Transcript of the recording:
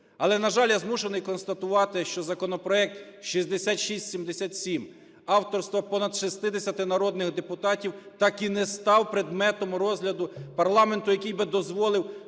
Але, на жаль, я змушений констатувати, що законопроект 6677 авторства понад 60 народних депутатів так і не став предметом розгляду парламенту, який би дозволив